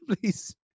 Please